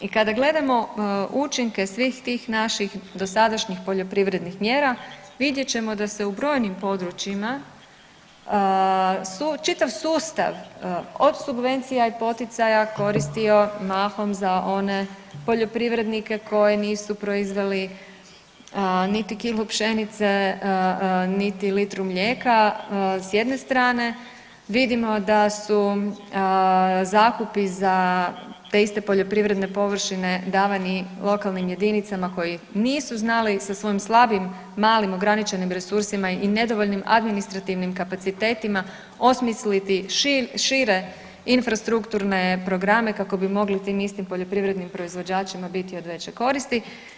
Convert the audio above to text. I kada gledamo učinke svih tih naših dosadašnjih poljoprivrednih mjera vidjet ćemo da se u brojnim područjima čitav sustav od subvencija i poticaja koristio mahom za one poljoprivrednike koje nisu proizveli niti kilu pšenice, niti litru mlijeka s jedne strane vidimo da su zakupi za te iste poljoprivredne površine davani lokalnim jedinicama koji nisu znali sa svojim slabim, malim, ograničenim resursima i nedovoljnim administrativnim kapacitetima osmisliti šire infrastrukturne programe kako bi mogli tim istim poljoprivrednim proizvođačima biti od veće koristi.